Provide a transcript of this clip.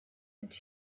mit